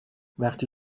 وقتی